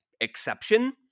exception